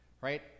Right